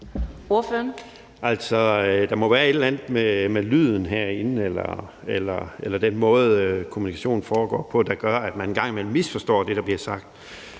der må være et eller andet med lyden herinde eller den måde, kommunikationen foregår på, der gør, at man en gang imellem misforstår det, der bliver sagt.